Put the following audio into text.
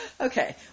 Okay